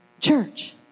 church